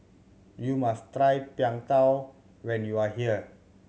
you must try Png Tao when you are here